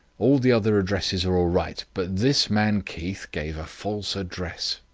all the other addresses are all right. but this man keith gave a false address.